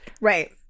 Right